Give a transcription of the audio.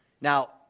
Now